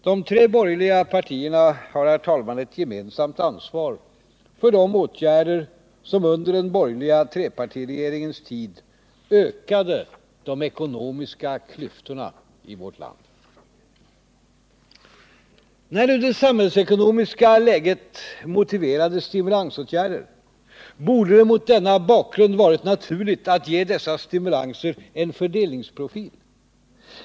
De tre borgerliga partierna har ett gemensamt ansvar för de åtgärder som under den borgerliga trepartiregeringens tid ökade de eko nomiska klyftorna i vårt land. När det samhällsekonomiska läget motiverade stimulansåtgärder, borde det mot denna bakgrund ha varit naturligt att ge dessa stimulanser en fördelningsprofil.